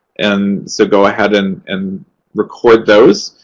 and so go ahead and and record those.